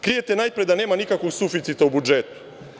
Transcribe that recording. Krijete najpre da nema nikakvog suficita u budžetu.